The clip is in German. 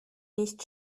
nicht